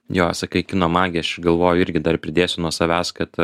jo sakai kino magija aš galvoju irgi dar pridėsiu nuo savęs kad